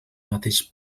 mateix